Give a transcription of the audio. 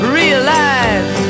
realize